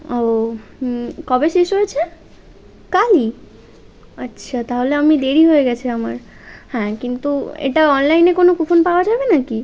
ও কবে শেষ হয়েছে তাই আচ্ছা তাহলে আমি দেরি হয়ে গেছে আমার হ্যাঁ কিন্তু এটা অনলাইনে কোনো কুপন পাওয়া যাবে নাকি